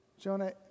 Jonah